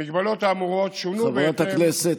חברת הכנסת,